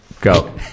Go